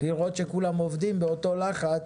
לראות שכולם עובדים באותו לחץ